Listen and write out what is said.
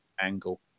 angle